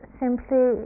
simply